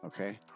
Okay